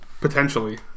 potentially